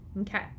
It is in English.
okay